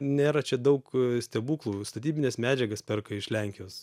nėra čia daug stebuklų statybines medžiagas perka iš lenkijos